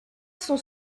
son